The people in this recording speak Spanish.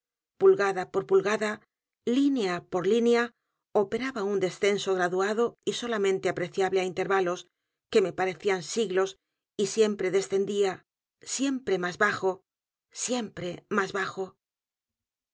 pulgada por pulgada línea por línea operaba un descenso graduado y solamente preciable á intervalos que me parecían siglos y siempre descendía siempre más bajo siempre más bajo